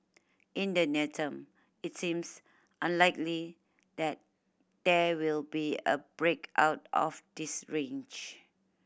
in the near term it seems unlikely that there will be a break out of this range